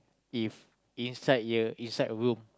if inside here inside room